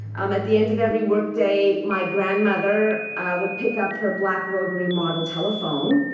um at the end of every workday, my grandmother would pick up her black rotary model telephone.